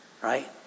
right